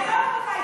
חצופה.